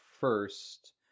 first